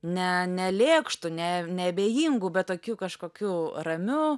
ne ne lėkštu ne neabejingu bet tokiu kažkokiu ramiu